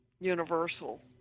universal